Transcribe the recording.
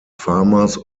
farmers